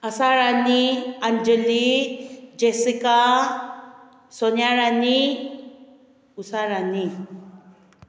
ꯑꯥꯁꯥꯔꯥꯅꯤ Anjali Jessica ꯁꯣꯅꯤꯌꯥꯔꯥꯅꯤ ꯎꯁꯥꯔꯥꯅꯤ